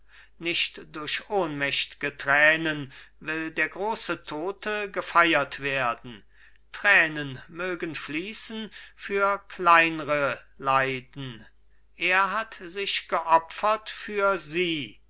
nicht durch ohnmächtge tränen will der große tote gefeiert werden tränen mögen fließen für kleinre leiden er hat sich geopfert für sie